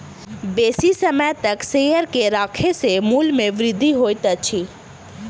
बेसी समय तक शेयर के राखै सॅ मूल्य में वृद्धि होइत अछि